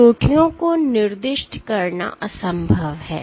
इसलिए चोटियों को निर्दिष्ट करना असंभव है